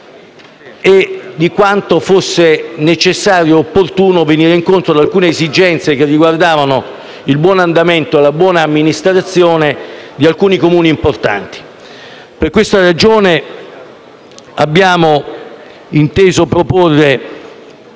anche quanto fosse necessario e opportuno andare incontro ad alcune esigenze riguardanti il buon andamento e la buona amministrazione di alcuni Comuni importanti. Per questa ragione abbiamo inteso proporre